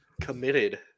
committed